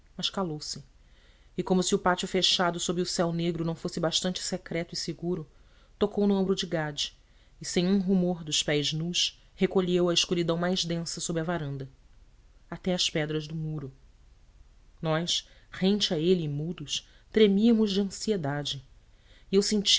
mas calou-se e como se o pátio fechado sob o céu negro não fosse bastante secreto e seguro tocou no ombro de gade e sem um rumor dos pés nus recolheu à escuridão mais densa sob a varanda até às pedras do muro nós rente a ele e mudos tremíamos de ansiedade e eu senti